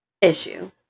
issue